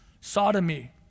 sodomy